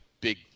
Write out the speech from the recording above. big